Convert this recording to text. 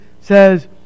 says